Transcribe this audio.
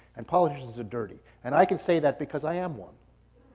and politicians are dirty, and i can say that because i am one,